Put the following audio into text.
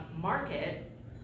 market